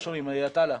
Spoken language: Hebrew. עטאלה.